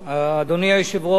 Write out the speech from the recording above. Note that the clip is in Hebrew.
אדוני היושב-ראש,